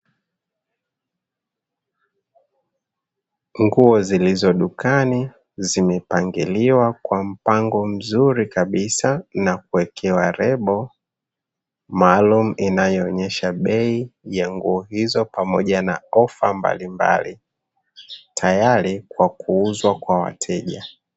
Nguo zilizoko dukani zimepangiliwa kwa mpangilio mzuri kabisa na kuwekewa lebo maalumu inayoonesha bei ya nguo hizo pamoja na ofa mbalimbali, tayari kwa kuuzwa Kwa wateja.